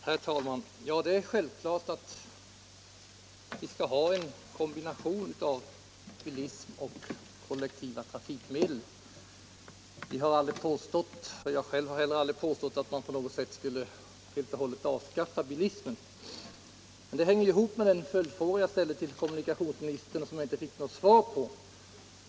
Herr talman! Det är självklart att vi skall ha en kombination av bilism och kollektiva trafikmedel; jag har aldrig heller påstått att man på något sätt skulle helt och hållet avskaffa bilismen. Men det här hänger ihop med de följdfrågor till kommunikationsministern som jag inte fick något svar på.